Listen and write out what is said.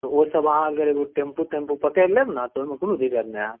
ओसब अहाँ अगर एगो टेम्पू तेम्पू पकरि लेब ने तऽ ओहिमे कोनो दिक्कत नहि होयत